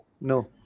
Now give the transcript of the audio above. no